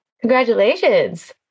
congratulations